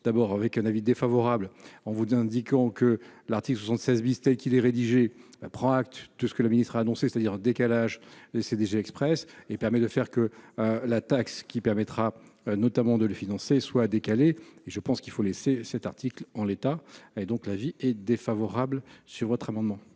d'abord avec un avis défavorable, on vous dit, indiquant que l'article 76 Vista qu'il est rédigé prend acte tout ce que la ministre a annoncé c'est-à-dire décalage CDG Express et permet de faire que la taxe qui permettra notamment de le financer soit décalé et je pense qu'il faut laisser cet article en l'état et donc l'avis est défavorable sur votre amendement.